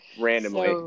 randomly